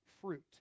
fruit